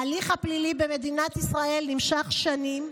ההליך הפלילי במדינת ישראל נמשך שנים,